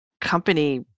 company